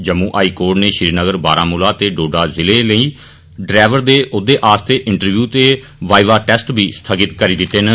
Jammu high court नै श्रीनगर बारामूला ते डोडा ज़िलें लेई डरैवर दे औहदे आस्तै इंटरव्यू ते वाइवा टेस्ट बी स्थगित करी दित्ते न